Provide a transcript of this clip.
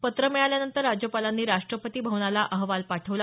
पत्र मिळाल्यानंतर राज्यपालांनी राष्टपती भवनाला अहवाल पाठवला